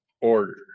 order